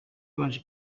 baje